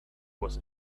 was